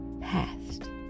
past